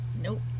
Nope